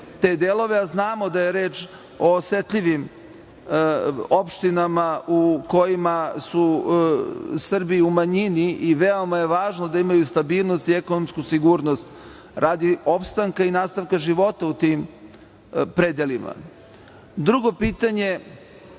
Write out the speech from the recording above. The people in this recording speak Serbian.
te delove, a znamo da je reč o osetljivim opštinama u kojima su Srbi u manjini i veoma je važno da imaju stabilnost i ekonomsku sigurnost, radi opstanka i nastavka života u tim predelima. Drugo pitanje je